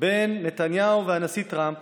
בין נתניהו לנשיא טראמפ